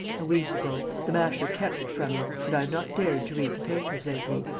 a week ago. the masher kept it from me and i have not dared to read the papers lately.